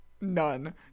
None